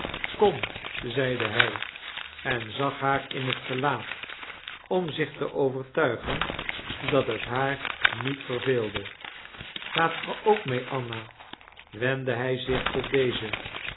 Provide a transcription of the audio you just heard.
kom zeide hij en zag haar in t gelaat om zich te overtuigen dat het haar niet verveelde gaat ge ook mee anna wendde hij zich tot deze